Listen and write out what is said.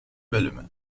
bölümü